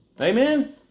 Amen